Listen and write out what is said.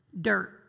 Dirt